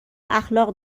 اخلاق